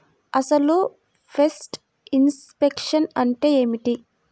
అసలు pest infection అంటే ఏమిటి?